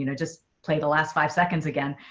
you know just play the last five seconds again.